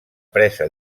presa